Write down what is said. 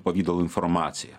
pavidalu informaciją